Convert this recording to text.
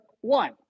one